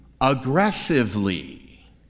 aggressively